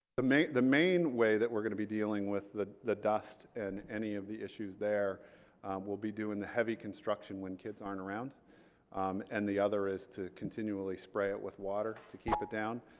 ah the main way that we're going to be dealing with the the dust and any of the issues there we'll be doing the heavy construction when kids aren't around and the other is to continually spray it with water to keep it down